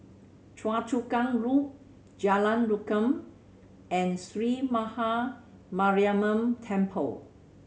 Choa Chu Kang Loop Jalan Rukam and Sree Maha Mariamman Temple